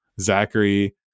Zachary